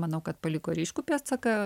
manau kad paliko ryškų pėdsaką